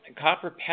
copper